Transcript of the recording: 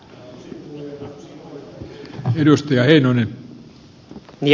arvoisa puhemies